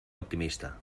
optimista